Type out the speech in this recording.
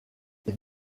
les